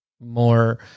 more